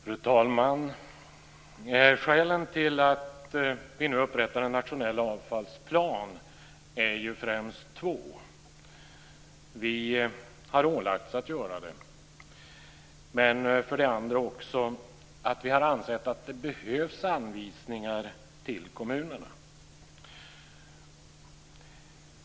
Fru talman! Skälen till att vi nu upprättar en nationell avfallsplan är främst två. Vi har ålagts att göra det. Men vi har också ansett att det behövs anvisningar till kommunerna.